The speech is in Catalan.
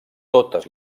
totes